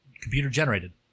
Computer-generated